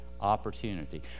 opportunity